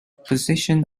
position